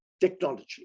technology